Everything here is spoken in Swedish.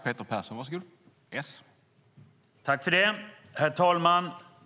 Herr talman!